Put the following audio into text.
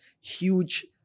huge